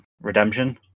redemption